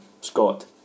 Scott